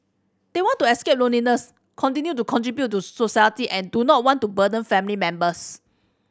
they want to escape loneliness continue to contribute to society and do not want to burden family members